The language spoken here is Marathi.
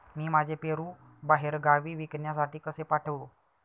मी माझे पेरू बाहेरगावी विकण्यासाठी कसे पाठवू?